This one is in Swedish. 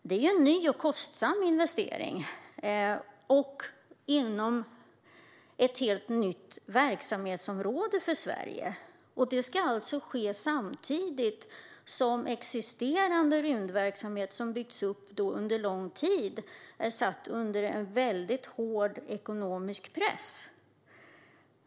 Det är ju en ny och kostsam investering inom ett helt nytt verksamhetsområde för Sverige, och detta ska alltså ske samtidigt som existerande rymdverksamhet som har byggts upp under lång tid är satt under hård ekonomisk press.